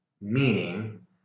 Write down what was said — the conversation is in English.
meaning